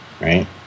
right